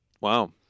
Wow